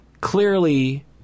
clearly